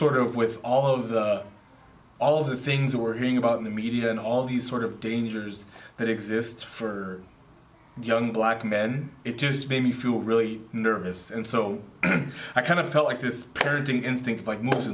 sort of with all of the all the things that we're hearing about in the media and all these sort of dangers that exists for young black men it just made me feel really nervous and so i kind of felt like this parenting instinct like most of